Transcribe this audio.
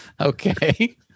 Okay